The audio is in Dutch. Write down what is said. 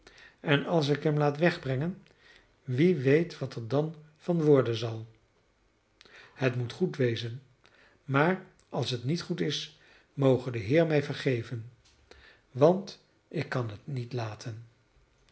en als ik hem laat wegbrengen wie weet wat er dan van worden zal het moet goed wezen maar als het niet goed is moge de heer mij vergeven want ik kan het niet laten